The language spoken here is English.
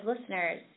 listeners